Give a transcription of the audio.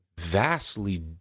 vastly